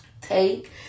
Take